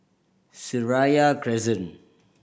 Seraya Crescent